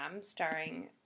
starring